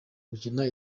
gukina